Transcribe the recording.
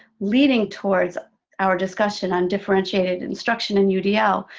leading towards our discussion on differentiated instruction in udl.